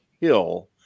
Hill